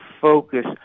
focus